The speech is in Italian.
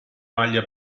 maglia